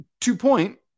Two-point